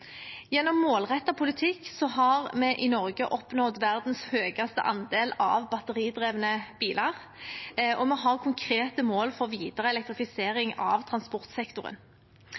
Gjennom målrettet politikk har vi i Norge oppnådd verdens høyeste andel av batteridrevne biler, og vi har konkrete mål for videre elektrifisering av transportsektoren.